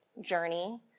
journey